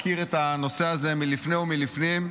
הכיר את הנושא לפני ולפנים,